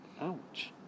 Ouch